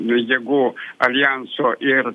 jėgų aljanso ir